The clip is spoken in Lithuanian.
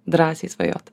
drąsiai svajot